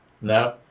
No